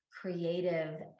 creative